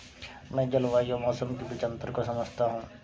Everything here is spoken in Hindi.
मैं जलवायु और मौसम के बीच अंतर को समझता हूं